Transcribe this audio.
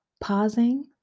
Pausing